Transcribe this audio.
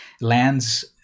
lands